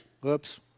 Whoops